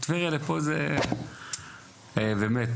אני חושב שבאמת,